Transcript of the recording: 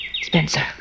Spencer